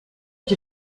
die